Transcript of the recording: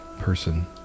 person